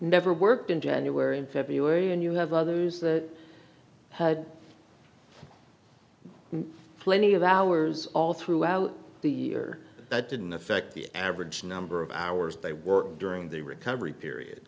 never worked in january and february and you have others that had plenty of hours all throughout the year that didn't affect the average number of hours they work during the recovery period